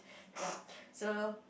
ya so